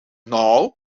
nou